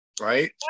right